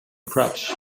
crash